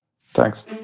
Thanks